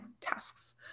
tasks